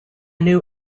new